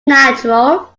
natural